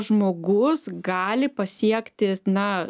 žmogus gali pasiekti na